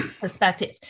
perspective